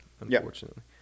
unfortunately